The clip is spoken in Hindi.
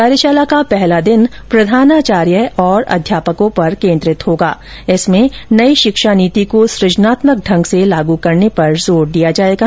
कार्यशाला का पहला दिन प्रधानाचार्य और अध्यापकों पर केन्द्रित होगा जिसमें नई शिक्षा नीति को सुजनात्मक ढंग से लागू करने पर जोर दिया जाएगा